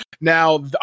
Now